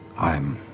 i'm